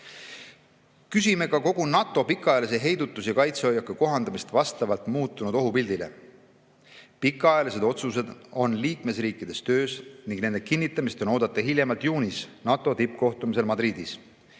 ka kogu NATO pikaajalise heidutus‑ ja kaitsehoiaku kohandamist vastavalt muutunud ohupildile. Pikaajalised otsused on liikmesriikides töös ning nende kinnitamist on oodata hiljemalt juunis, NATO tippkohtumisel Madridis.